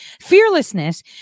Fearlessness